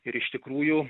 ir iš tikrųjų